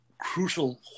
crucial